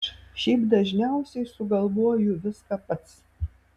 aš šiaip dažniausiai sugalvoju viską pats